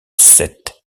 sept